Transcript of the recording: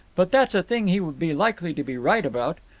but that's a thing he would be likely to be right about.